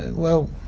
well,